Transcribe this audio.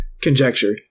conjecture